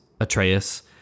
Atreus